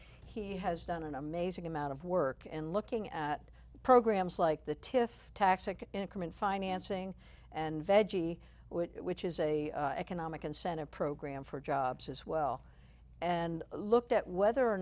he has done an amazing amount of work in looking at programs like the tiff tax increment financing and veggie which is a economic incentive program for jobs as well and looked at whether or